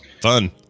fun